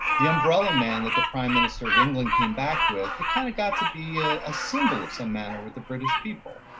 the umbrella man that the prime minister of england came back with, it kind of got to be a ah symbol of some manner with the british people.